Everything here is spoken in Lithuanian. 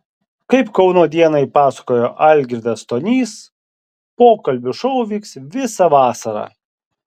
kaip kauno dienai pasakojo algirdas stonys pokalbių šou vyks visą vasarą